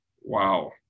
Wow